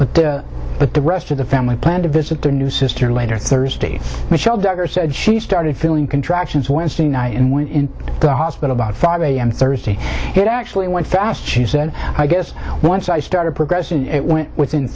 but but the rest of the family plan to visit their new sister later thursday michelle duggar said she started feeling contractions wednesday night and when gossip about five a m thursday it actually went fast she said i guess once i started progressing it went within